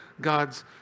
God's